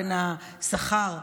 בין השכר,